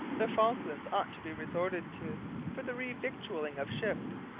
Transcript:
the falklands ought to be resorted to for the re-victualling of ships.